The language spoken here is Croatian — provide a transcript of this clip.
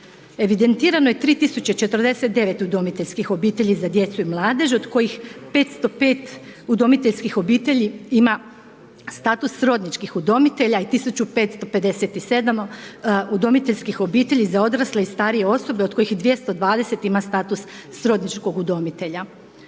Evidentirano je 3.049 udomiteljskih obitelji za djecu i mladež od kojih 505 udomiteljskih obitelji ima status srodničkih udomitelja i 1.557 udomiteljskih obitelji za odrasle i starije osobe od kojih 220 ima status srodničkog udomitelja.